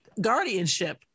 guardianship